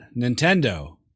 Nintendo